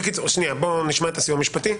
נשמע את הסיוע המשפטי.